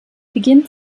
beginn